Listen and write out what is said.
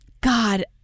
God